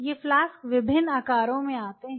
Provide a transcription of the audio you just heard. ये फ्लास्क विभिन्न आकारों में आते हैं